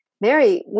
Mary